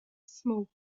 smoke